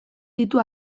ditu